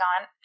on